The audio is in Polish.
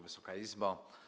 Wysoka Izbo!